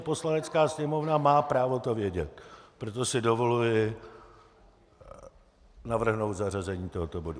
Poslanecká sněmovna má právo to vědět, proto si dovoluji navrhnout zařazení tohoto bodu.